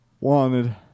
Wanted